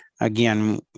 again